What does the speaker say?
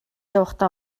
явахдаа